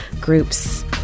groups